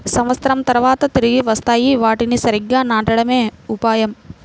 సంవత్సరం తర్వాత తిరిగి వస్తాయి, వాటిని సరిగ్గా నాటడమే ఉపాయం